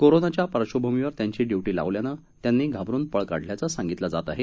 कोरोनाच्या पार्श्वभूमीवर त्यांची इयूटी लावल्याने त्यांनी घाबरून पळ काढला असल्याचे सांगितले जाते आहे